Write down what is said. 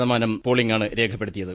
ശതമാനം പോളിംഗാണ് രേഖപ്പെടുത്തിയത്